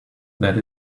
that